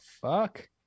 fuck